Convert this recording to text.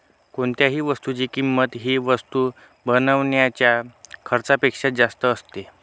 कोणत्याही वस्तूची किंमत ही वस्तू बनवण्याच्या खर्चापेक्षा जास्त असते